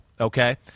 okay